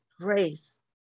grace